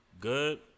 good